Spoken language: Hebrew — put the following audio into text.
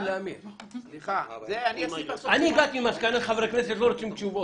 אני הגעתי למסקנה שחברי כנסת לא רוצים תשובות.